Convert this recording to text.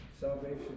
salvation